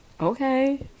Okay